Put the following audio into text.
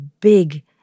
big